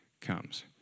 comes